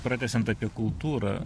pratęsiant apie kultūrą